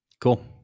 Cool